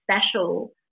special